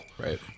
right